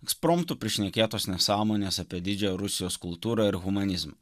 ekspromtu prišnekėtos nesąmonės apie didžią rusijos kultūrą ir humanizmą